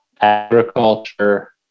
agriculture